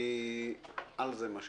אני "על זה", מה שנקרא.